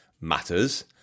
matters